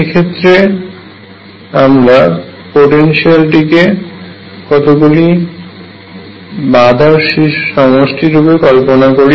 এক্ষেত্রে আমরা পোটেনশিয়ালটিকে কতগুলি বাধার সমষ্টি রূপে কল্পনা করি